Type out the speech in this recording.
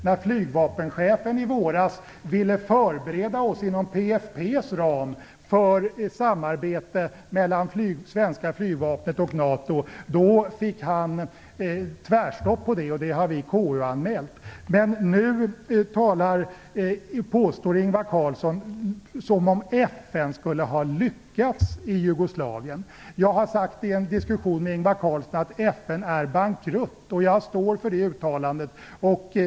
När flygvapenchefen i våras ville förbereda oss inom PFF:s ram för ett samarbete mellan det svenska flygvapnet och NATO fick han tvärstopp. Det har vi KU-anmält. Nu verkar Ingvar Carlsson påstå att FN skulle ha lyckats i Jugoslavien. Jag har i en diskussion med Ingvar Carlsson sagt att FN är bankrutt, och jag står för det uttalandet.